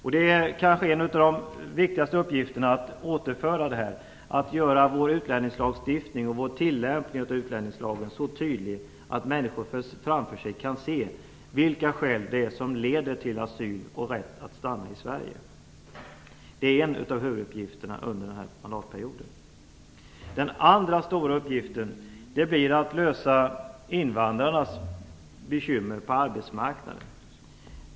En av våra kanske viktigaste uppgifter blir att återföra vår utlänningslagstiftning och vår tillämpning av utlänningslagen till en sådan tydlighet att människor framför sig kan se vilka skäl som leder till asyl och till rätten att stanna i Sverige. Det är en av huvuduppgifterna under denna mandatperiod. Den andra stora uppgiften blir att komma till rätta med invandrarnas bekymmer på arbetsmarknaden.